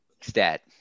stat